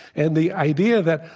and the idea that,